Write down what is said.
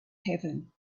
heaven